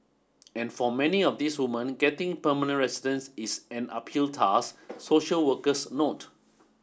and for many of these women getting permanent residence is an uphill task social workers note